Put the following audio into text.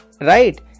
right